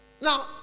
Now